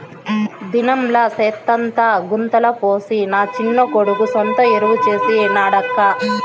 దినంలా సెత్తంతా గుంతల పోసి నా చిన్న కొడుకు సొంత ఎరువు చేసి నాడక్కా